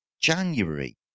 January